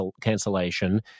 cancellation